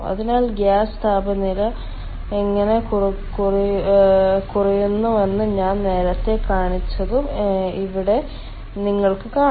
അതിനാൽ ഗ്യാസ് താപനില എങ്ങനെ കുറയുന്നുവെന്ന് ഞാൻ നേരത്തെ കാണിച്ചതും ഇവിടെ നിങ്ങൾക്ക് കാണാം